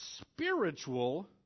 spiritual